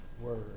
word